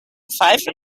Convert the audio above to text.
pfeife